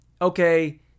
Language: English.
okay